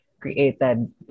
created